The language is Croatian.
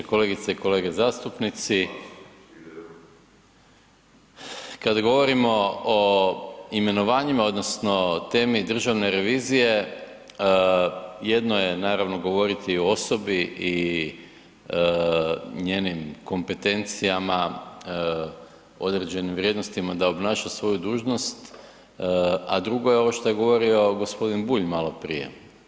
Kolegice i kolege zastupnici, kad govorimo o imenovanjima odnosno o temi državne revizije jedno je naravno govoriti o osobi i njenim kompetencijama, određenim vrijednostima da obnaša svoju dužnost, a drugo je ovo što je govorio gospodin Bulj maloprije.